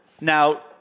Now